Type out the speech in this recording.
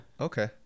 Okay